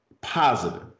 Positive